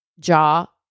jaw